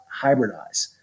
hybridize